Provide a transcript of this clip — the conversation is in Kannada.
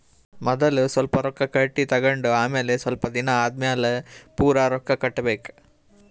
ಮದಲ್ ಸ್ವಲ್ಪ್ ರೊಕ್ಕಾ ಕಟ್ಟಿ ತಗೊಂಡ್ ಆಮ್ಯಾಲ ಸ್ವಲ್ಪ್ ದಿನಾ ಆದಮ್ಯಾಲ್ ಪೂರಾ ರೊಕ್ಕಾ ಕಟ್ಟಬೇಕ್